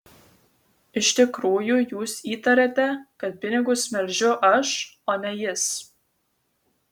iš tikrųjų jūs įtariate kad pinigus melžiu aš o ne jis